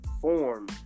form